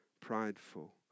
prideful